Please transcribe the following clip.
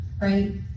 right